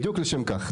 בדיוק לשם כך.